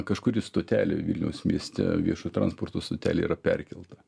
kažkuri stotelė vilniaus mieste viešo transporto stotelė yra perkelta